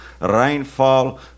Rainfall